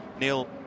Neil